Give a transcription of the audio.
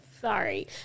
sorry